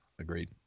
Agreed